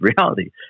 reality